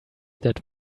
that